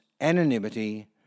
anonymity